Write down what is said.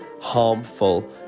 harmful